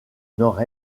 nord